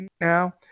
now